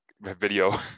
Video